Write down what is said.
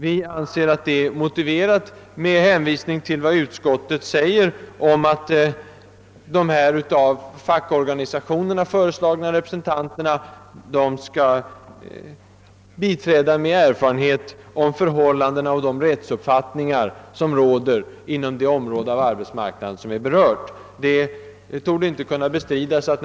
Vi anser detta vara motiverat bl.a. med hänsyn till vad utskottet skriver om att de av fackorganisationerna föreslagna ledamöterna skall biträda med sina erfarenheter om förhållandena på arbetsmarknaden och de där utbildade rättsuppfattningarna på det område som är berört.